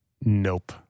Nope